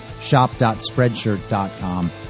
shop.spreadshirt.com